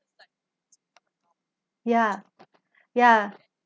ya ya